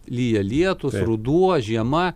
lyja lietus ruduo žiema